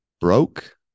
broke